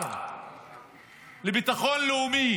השר לביטחון לאומי